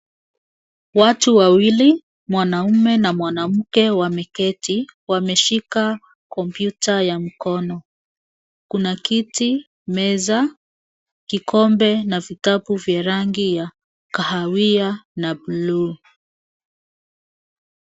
Watu wawili, mwanaume na mwanamke wameketi wameshika kompyuta ya mkono. Kuna kiti, meza, kikombe na vitabu vya rangi ya kahawia na buluu.